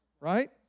right